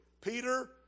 Peter